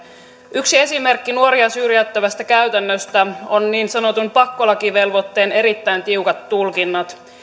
yksi esimerkki nuoria syrjäyttävästä käytännöstä ovat niin sanotun pakkolakivelvoitteen erittäin tiukat tulkinnat